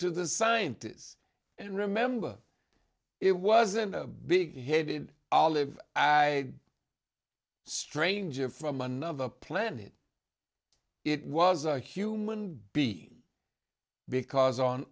to the scientists and remember it wasn't a big headed olive i stranger from another planet it was a human being because on